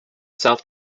south